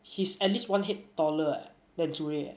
he's at least one head taller leh than zirui leh